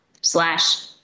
slash